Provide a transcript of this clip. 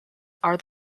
are